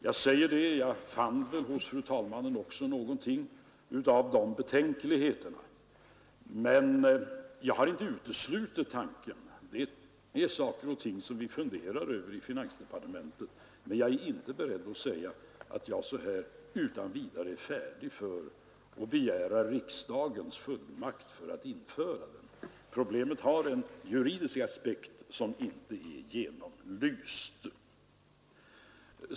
Jag fann väl också hos fru talmannen någonting av de betänkligheterna, men jag har inte uteslutit tanken — det är saker och ting som vi funderar över i finansdepartementet — men jag är inte beredd att säga att jag utan vidare vill begära riksdagens fullmakt att införa klausulen. Problemet har en juridisk aspekt som inte är genomlyst.